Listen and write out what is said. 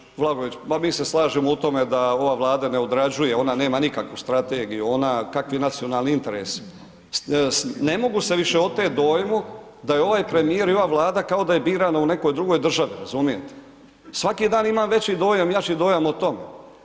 Uvaženi kolega Vlaović, ma mi se slažemo u tome da ova Vlada ne odrađuje, ona nema nikakvu strategiju, kakvi nacionalni interesi, ne mogu se više oteti dojmu da je ovaj premijer i ova Vlada kao da je birano u nekoj drugoj državi, razumijete, svaki dan imam veći dojam jači dojam o tome.